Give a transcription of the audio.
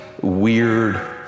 weird